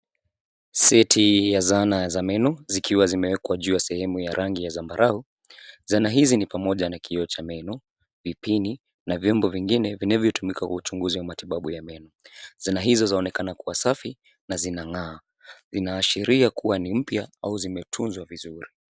Seti ya zana za meno zikiwa zimewekwa juu ya sehemu ya rangi ya zambarau. Zana hizi ni pamoja na kioo cha meno, vipini na vyombo vingine vinavyotumika katika uchunguzi wa matibabu ya meno. Zana hizo zaonekana kuwa safi na zinang'aa. Vinaashiria kuwa ni mpya au vimetunzwa vizuri.